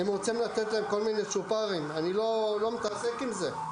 אם רוצים לתת להם כל מיני צ'ופרים אני לא מתעסק עם זה,